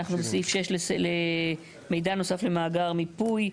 אנחנו בסעיף (6), מידע נוסף למאגר מיפוי.